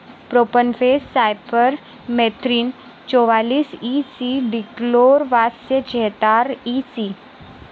profenofos cypermethrin चौवालीस E C dichlorvos चेहतार EC